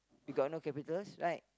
you got no capitals right